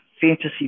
fantasy